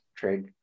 trade